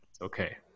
okay